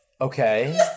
Okay